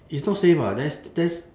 it's not safe [what] that's that's